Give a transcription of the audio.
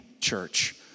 church